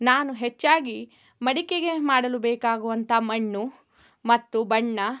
ನಾನು ಹೆಚ್ಚಾಗಿ ಮಡಿಕೆಗೆ ಮಾಡಲು ಬೇಕಾಗುವಂಥ ಮಣ್ಣು ಮತ್ತು ಬಣ್ಣ